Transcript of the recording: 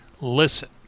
listen